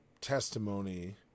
testimony